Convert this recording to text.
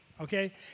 okay